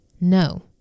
No